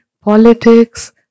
politics